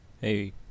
Hey